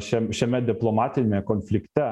šiam šiame diplomatiniame konflikte